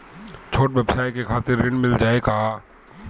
छोट ब्योसाय के खातिर ऋण मिल जाए का?